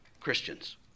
Christians